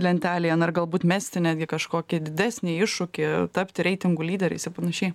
lentelėje na ir galbūt mesti netgi kažkokį didesnį iššūkį tapti reitingų lyderiais i panašiai